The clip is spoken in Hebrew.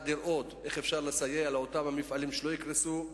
לראות איך אפשר לסייע לאותם מפעלים כדי שלא יקרסו.